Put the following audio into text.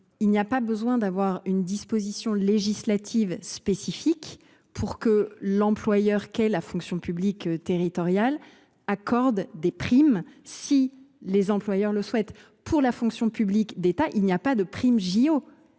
n’y a pas besoin d’une disposition législative spécifique pour permettre à la fonction publique territoriale d’accorder des primes si les employeurs le souhaitent. Dans la fonction publique d’État, il n’y aura pas de prime JO.